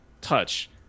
touch